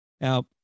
Now